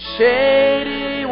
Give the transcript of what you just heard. Shady